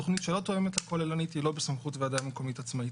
תכנית שלא תואמת לכוללנית היא לא בסמכות ועדה מקומית עצמאית.